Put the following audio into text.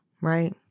right